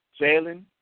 Jalen